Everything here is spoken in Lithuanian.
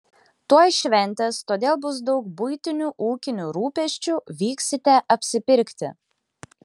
tuoj šventės todėl bus daug buitinių ūkinių rūpesčių vyksite apsipirkti